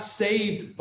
saved